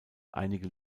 einige